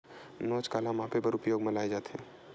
नोच काला मापे बर उपयोग म लाये जाथे?